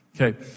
Okay